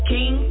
King